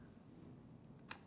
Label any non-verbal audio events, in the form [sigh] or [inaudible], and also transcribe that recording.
[noise]